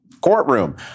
courtroom